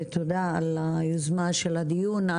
תודה על היוזמה של הדיון.